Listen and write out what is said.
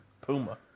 Puma